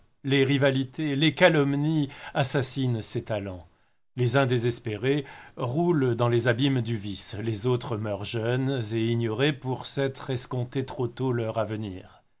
les rivalités les calomnies assassinent ces talents les uns désespérés roulent dans les abîmes du vice les autres meurent jeunes et ignorés pour s'être escompté trop tôt leur avenir